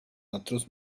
otros